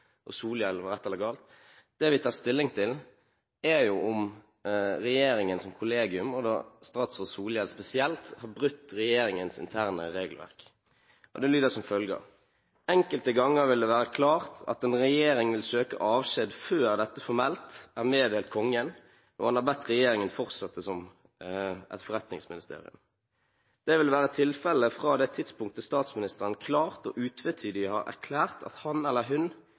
Solhjell var rett eller gal. Det vi tar stilling til, er om regjeringen som kollegium, og statsråd Solhjell spesielt, har brutt regjeringens interne regelverk. Det lyder som følger: «Enkelte ganger vil det være klart at en regjering vil søke avskjed før dette er formelt meddelt Kongen og han har bedt regjeringen fortsette som et forretningsministerium. Det vil være tilfelle fra det tidspunktet statsministeren klart og utvetydig har erklært at han eller hun